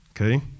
okay